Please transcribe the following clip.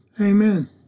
Amen